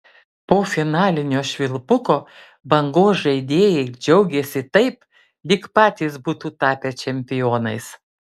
po finalinio švilpuko bangos žaidėjai džiaugėsi taip lyg patys būtų tapę čempionais